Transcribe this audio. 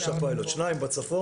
הפיילוט זה שש: שניים בצפון,